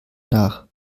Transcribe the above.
nach